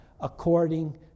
according